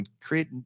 create